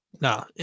No